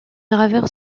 graveur